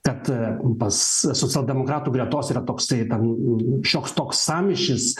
kad pas socialdemokratų gretos yra toksai ten šioks toks sąmyšis